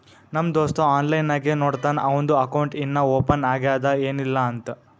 ನಮ್ ದೋಸ್ತ ಆನ್ಲೈನ್ ನಾಗೆ ನೋಡ್ತಾನ್ ಅವಂದು ಅಕೌಂಟ್ ಇನ್ನಾ ಓಪನ್ ಆಗ್ಯಾದ್ ಏನಿಲ್ಲಾ ಅಂತ್